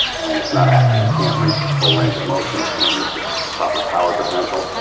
and it's not active. it can't reach its full range of motion. it can't reach its proper power potential,